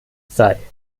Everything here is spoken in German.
sei